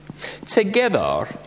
Together